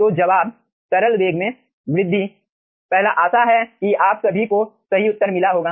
तो जवाब तरल वेग में वृद्धि I आशा है कि आप सभी को सही उत्तर मिला होगा